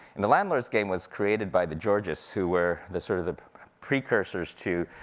and the landlord's game was created by the georgists, who were the sort of the precursors to